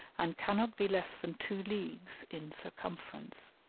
and cannot be less than two leagues in circumference.